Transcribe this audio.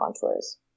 contours